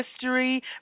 History